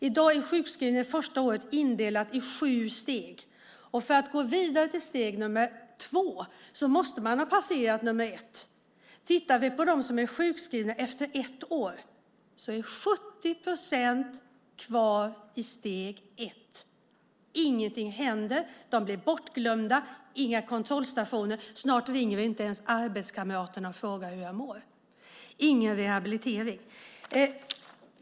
I dag är sjukskrivning under första året indelat i sju steg. För att gå vidare till steg nummer två måste man ha passerat nummer ett. Om vi tittar på dem som fortfarande är sjukskrivna efter ett år är 70 procent kvar i steg ett. Ingenting händer. De blir bortglömda, inga kontrollstationer, och snart ringer vi inte ens till våra arbetskamrater och frågar hur de mår. Ingen rehabilitering.